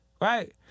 right